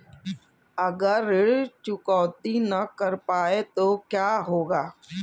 अगर ऋण चुकौती न कर पाए तो क्या होगा?